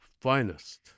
finest